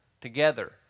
together